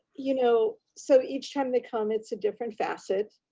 you know so each time they come it's a different facet.